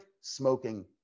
smoking